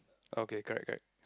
okay correct correct